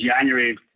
January